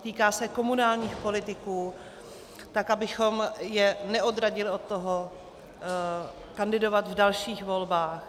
Týká se komunálních politiků, tak abychom je neodradili od toho kandidovat v dalších volbách.